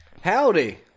howdy